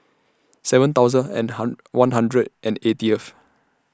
seven thousand and one hundred and eightieth